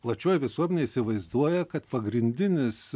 plačioji visuomenė įsivaizduoja kad pagrindinis